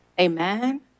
Amen